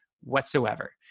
whatsoever